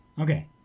Okay